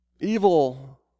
Evil